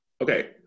okay